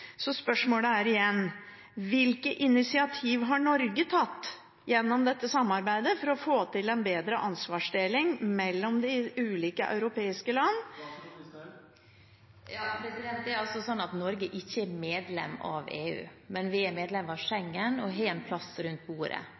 Så spørsmålet er igjen: Hvilke initiativ har Norge tatt gjennom dette samarbeidet for å få til en bedre ansvarsdeling mellom de ulike europeiske land? Norge er ikke medlem av EU, men vi er medlem av Schengen og har en plass rundt bordet.